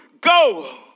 go